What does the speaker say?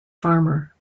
farmer